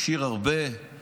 והוא השאיר כאן הרבה מורשת,